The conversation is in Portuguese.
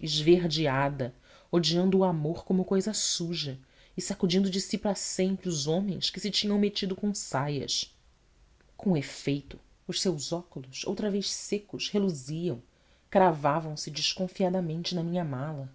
esverdeada odiando o amor como cousa suja e sacudindo de si para sempre os homens que se tinham metido com saias com efeito os seus óculos outra vez secos reluziam cravavam se desconfiadamente na minha mala